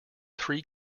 three